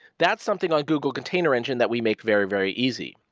that's something on google container engine that we make very very easy.